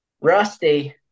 Rusty